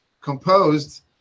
composed